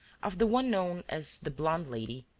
of the one known as the blonde lady,